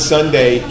Sunday